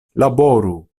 laboru